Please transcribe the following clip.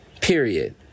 Period